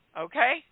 Okay